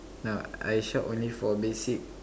no I shop only for basic